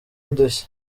udushya